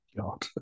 God